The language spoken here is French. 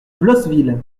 blosseville